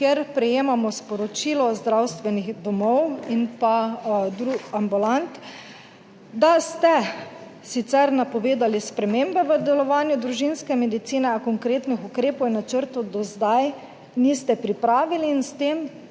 kjer prejemamo sporočilo zdravstvenih domov in pa drugi ambulant, da ste sicer napovedali spremembe v delovanju družinske medicine, a konkretnih ukrepov in načrtov do zdaj niste pripravili. In s tem